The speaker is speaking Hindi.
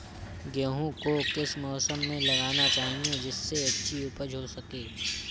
गेहूँ को किस मौसम में लगाना चाहिए जिससे अच्छी उपज हो सके?